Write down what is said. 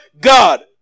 God